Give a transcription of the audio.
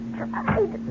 tried